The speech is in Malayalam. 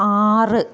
ആറ്